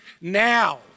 now